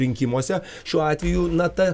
rinkimuose šiuo atveju na ta